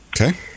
Okay